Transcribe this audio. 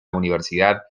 universidad